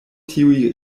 tiuj